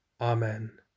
Amen